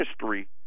history